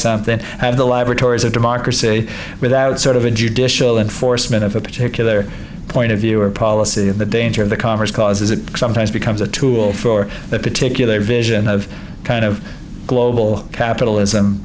have the laboratories of democracy without sort of a judicial enforcement of a particular point of view or policy and the danger of the commerce clause is it sometimes becomes a tool for that particular vision of kind of global capitalism